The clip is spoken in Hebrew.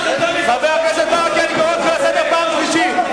חבר הכנסת ברכה, אני קורא אותך לסדר פעם שלישית.